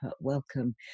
welcome